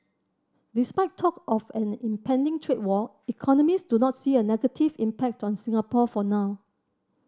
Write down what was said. despite talk of an impending trade war economist do not see a negative impact on Singapore for now